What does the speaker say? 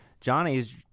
Johnny's